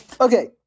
Okay